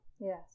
Yes